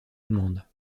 allemande